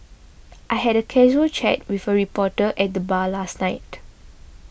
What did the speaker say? I had a casual chat with a reporter at the bar last night